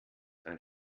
ein